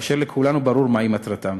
ולכולנו ברור מהי מטרתם.